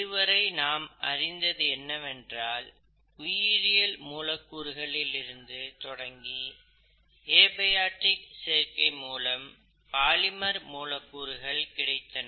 இதுவரை நாம் அறிந்தது என்னவென்றால் உயிரியல் மூலக்கூறுகளில் இருந்து தொடங்கி ஏபயாடிக் சேர்க்கை மூலம் பாலிமர் மூலக்கூறுகள் கிடைத்தன